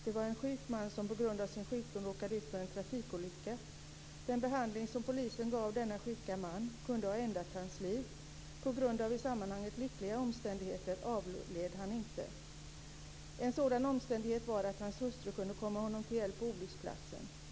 Det var en sjuk man som på grund av sin sjukdom råkade ut för en trafikolycka. Den behandling som polisen gav denna sjuka man kunde ha ändat hans liv. På grund av i sammanhanget lyckliga omständigheter avled han inte. En sådan omständighet var att hans hustru kunde komma honom till hjälp på olycksplatsen.